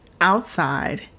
outside